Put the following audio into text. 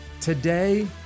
Today